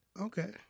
Okay